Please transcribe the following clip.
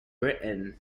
britain